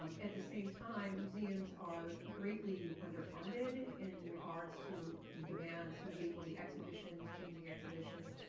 um at the same time, museums are greatly underfunded in regards to the demands. so to be able the exhibition's, changing exhibitions,